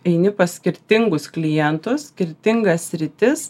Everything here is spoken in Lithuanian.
eini pas skirtingus klientus skirtingas sritis